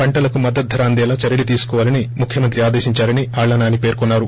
పంటలకు మద్దతు ధర అందేలా చర్యలు తీసుకోవాలని ముఖ్యమంత్రి ఆదేశిందారని ఆళ్ల నాని పర్కొన్నారు